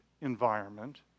environment